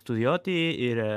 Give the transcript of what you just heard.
studijuoti ir